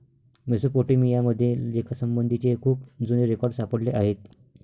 Mesopotamia मध्ये लेखासंबंधीचे खूप जुने रेकॉर्ड सापडले आहेत